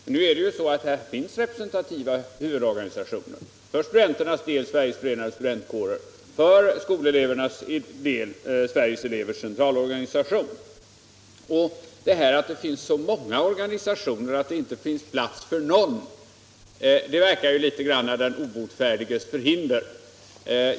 Men det finns ju representativa huvudorganisationer. För studenterna finns Sveriges förenade studentkårer och för skoleleverna finns Sveriges elevers centralorganisation. Argumentet att det finns så många organisationer men inte finns plats för någon verkar litet grand som den obotfärdiges förhinder.